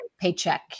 paycheck